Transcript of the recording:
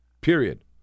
Period